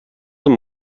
zum